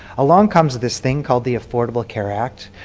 along comes this thing called the affordable care act,